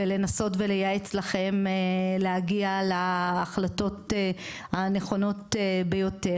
ולנסות ולייעץ לכם להגיע להחלטות הנכונות ביותר,